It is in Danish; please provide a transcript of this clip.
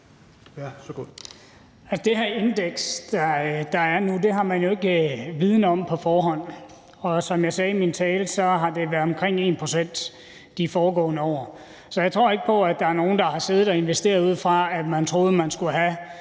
Det her indeks, der er nu, har man jo ikke viden om på forhånd. Og som jeg sagde i min tale, har det været omkring 1 pct. i de foregående år. Så jeg tror ikke på, at der er nogen, der har siddet og investeret ud fra, at man troede, man skulle have